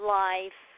life